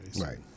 Right